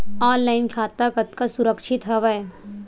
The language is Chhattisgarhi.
ऑनलाइन खाता कतका सुरक्षित हवय?